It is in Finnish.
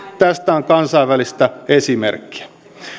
tästä on kansainvälistä esimerkkiä